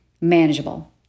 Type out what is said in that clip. manageable